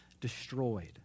destroyed